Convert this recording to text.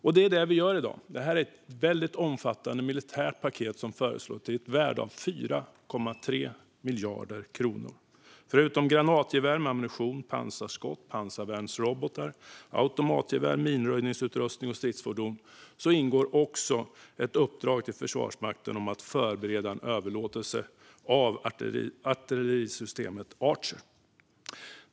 Detta gör vi nu med ett omfattande militärt paket värt 4,3 miljarder kronor. Förutom granatgevär med ammunition, pansarskott, pansarvärnsrobotar, automatgevär, minröjningsutrustning och stridsfordon ingår också ett uppdrag till Försvarsmakten att förbereda en överlåtelse av artillerisystemet Archer.